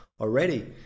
already